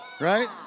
right